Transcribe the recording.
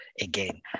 again